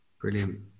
Brilliant